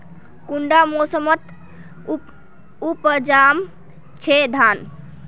कुंडा मोसमोत उपजाम छै धान?